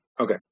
Okay